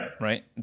right